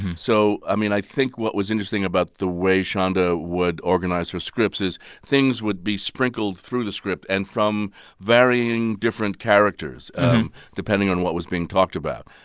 so, i mean, i think what was interesting about the way shonda would organize her scripts is things would be sprinkled through the script and from varying, different characters depending on what was being talked about.